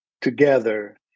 together